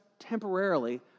temporarily